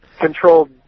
controlled